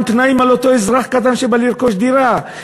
תנאים על אותו אזרח קטן שבא לרכוש דירה.